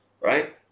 right